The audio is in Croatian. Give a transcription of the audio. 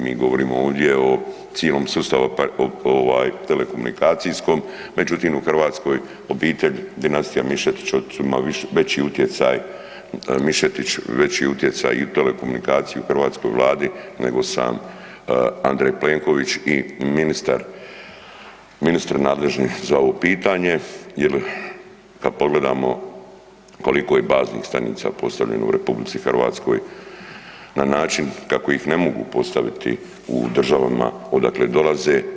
Mi govorimo ovdje o cijelom sustavu ovaj telekomunikacijskom, međutim u Hrvatskoj obitelj dinastija Mišetić ima veći utjecaj, Mišetić veći utjecaj i telekomunikacije u hrvatskoj Vladi nego sam Andrej Plenković i ministar, ministri nadležni za ovo pitanje jer kad pogledamo koliko je baznih stanica postavljeno u RH na način kako ih ne mogu postaviti u državama odakle dolaze.